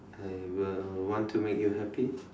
I will want to make you happy